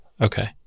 Okay